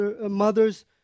mother's